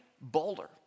bolder